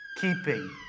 keeping